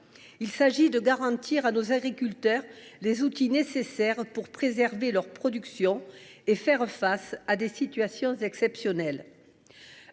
permettrait de garantir à nos agriculteurs qu’ils disposeront des outils nécessaires pour préserver leur production et faire face à des situations exceptionnelles.